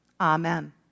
Amen